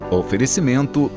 oferecimento